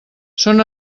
són